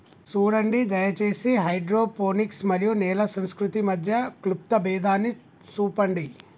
సూడండి దయచేసి హైడ్రోపోనిక్స్ మరియు నేల సంస్కృతి మధ్య క్లుప్త భేదాన్ని సూపండి